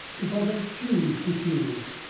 if i don't choose to choose?